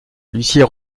l’huissier